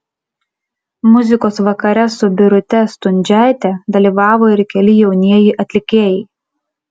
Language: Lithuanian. muzikos vakare su birute stundžiaite dalyvavo ir keli jaunieji atlikėjai